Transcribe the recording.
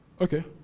Okay